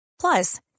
plus